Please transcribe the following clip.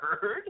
heard